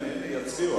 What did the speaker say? הם יצביעו.